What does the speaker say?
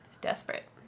Desperate